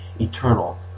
eternal